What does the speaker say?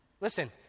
Listen